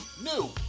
new